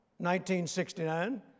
1969